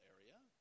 area